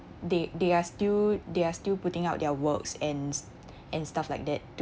they they are still they are still putting out their works and s~ and stuff like that